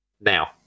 now